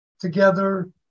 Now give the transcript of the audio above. together